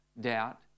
doubt